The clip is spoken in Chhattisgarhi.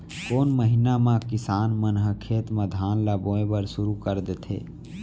कोन महीना मा किसान मन ह खेत म धान ला बोये बर शुरू कर देथे?